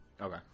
Okay